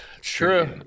true